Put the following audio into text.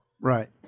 Right